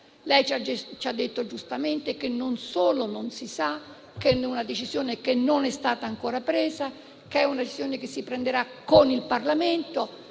Lei ci ha già detto giustamente che non si sa, che una decisione ancora non è stata presa, che è una decisione che si prenderà con il Parlamento,